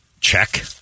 Check